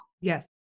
Yes